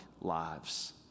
lives